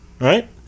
right